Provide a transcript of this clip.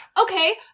Okay